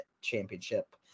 championship